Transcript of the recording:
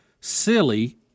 silly